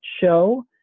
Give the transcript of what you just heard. show